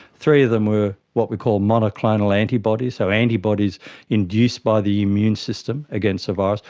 three of them were what we call monoclonal antibodies, so antibodies induced by the immune system against the virus,